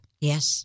yes